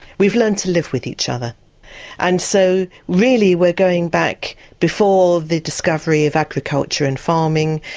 we've learned to live with each other and so really we're going back before the discovery of agriculture and farming,